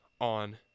on